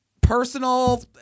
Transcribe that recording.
personal